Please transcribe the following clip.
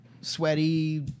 sweaty